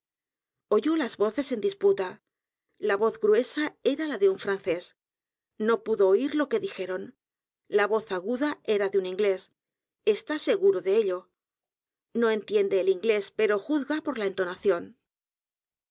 oyó las voces en disputa la voz gruesa era la de un francés no pudo oir lo que dijeron la voz aguda era de un inglés está seguro de ello no entiende el inglés pero juzga por la entonación